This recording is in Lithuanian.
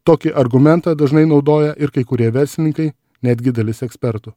tokį argumentą dažnai naudoja ir kai kurie verslininkai netgi dalis ekspertų